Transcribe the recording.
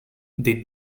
they